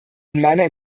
meiner